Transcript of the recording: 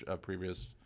previous